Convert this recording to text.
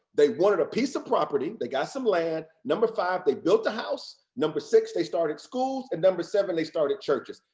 they wanted a piece of property. they got some land. number five, they built a house. number six they started schools, and number seven, they started churches.